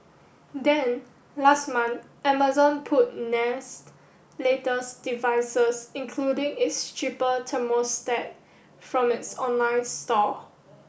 then last month Amazon pulled Nest's latest devices including its cheaper thermostat from its online store